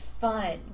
fun